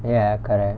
ya correct